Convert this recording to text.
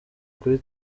kuri